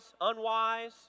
unwise